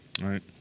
right